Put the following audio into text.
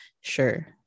sure